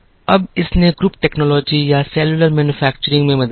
अब इसने group technology या सेल्युलर मैन्युफैक्चरिंग में मदद की